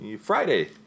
Friday